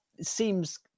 seems